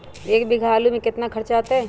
एक बीघा आलू में केतना खर्चा अतै?